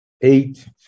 eight